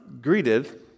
greeted